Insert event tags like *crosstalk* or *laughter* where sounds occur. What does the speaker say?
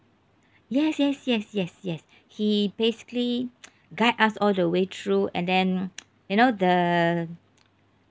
yes yes yes yes yes he basically *noise* guide us all the way through and then *noise* you know the